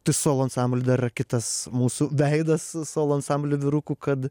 tai solo ansambly dar kitas mūsų veidas solo ansamblio vyrukų kad